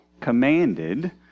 commanded